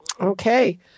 Okay